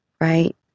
right